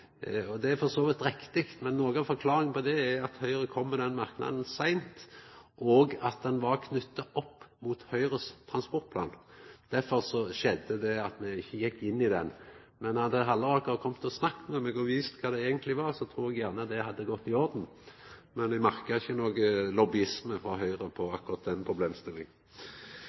Det er for så vidt riktig, men noko av forklaringa er at Høgre kom med den merknaden seint og at han var knytt opp mot Høgres transportplan. Derfor gjekk me ikkje inn i han. Hadde Halleraker komme og snakka med meg og vist kva det eigentleg var, så trur eg det hadde gått i orden. Men eg merka ikkje nokon lobbyisme frå Høgre